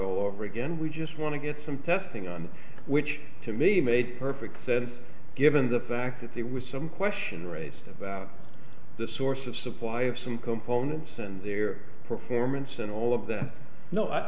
all over again we just want to get some testing on which to me made perfect sense given the fact that there was some question raised about the source of supply of some components and their performance and